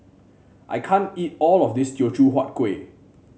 I can't eat all of this Teochew Huat Kueh